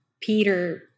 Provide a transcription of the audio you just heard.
Peter